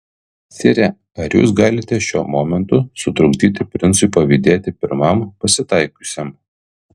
sire ar jūs galite šiuo momentu sutrukdyti princui pavydėti pirmam pasitaikiusiam